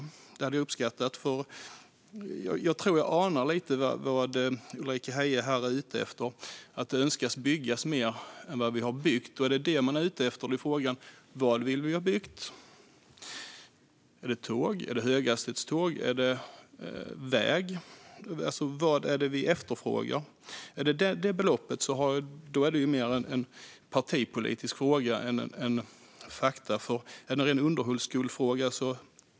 Det skulle jag uppskatta, för jag tror att jag anar lite av vad Ulrika Heie är ute efter: att det önskas byggas mer än vad vi har byggt. Om det är det man är ute efter är frågan: Vad vill vi ha byggt? Är det tåg, är det höghastighetståg eller är det väg? Vad är det vi efterfrågar? Om det är detta belopp är det mer en partipolitisk fråga än en faktafråga. Är det en underhållsfråga?